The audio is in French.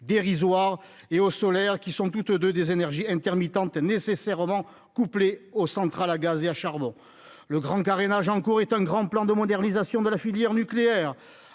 dérisoire et au solaire qui sont toutes 2 des énergies intermittentes nécessairement couplés aux centrales à gaz et à charbon le grand carénage en cours est un grand plan de modernisation de la filière nucléaire